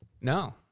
No